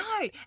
No